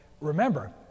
remember